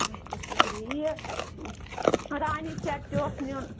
اچھا شُکرِیا یہِ رانی سٮ۪ٹ تہِ اوس نیُٛن